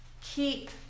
keep